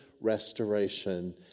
restoration